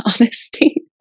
honesty